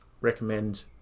recommend